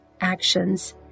actions